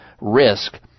risk